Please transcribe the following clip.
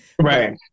Right